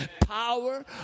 Power